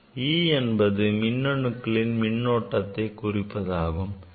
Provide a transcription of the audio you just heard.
e என்பது மின்னணுக்களின் மின்னோட்டத்தை குறிப்பதாகும்